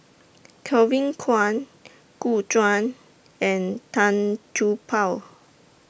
Kevin Kwan Gu Juan and Tan Paw